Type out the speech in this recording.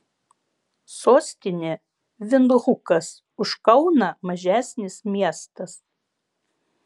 sostinė vindhukas už kauną mažesnis miestas